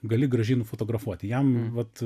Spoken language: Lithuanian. gali gražiai nufotografuoti jam vat